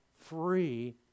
free